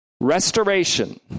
restoration